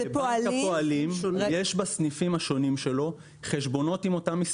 לבנק הפועלים יש בסניפים השונים שלו חשבונות עם אותם מספרים.